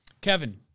Kevin